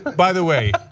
by the way,